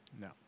no